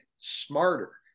smarter